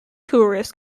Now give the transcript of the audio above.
tourists